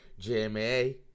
JMA